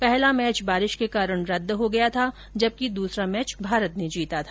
पहला मैच बारिश के कारण रद्द हो गया था जबकि दूसरा मैच भारत ने जीता था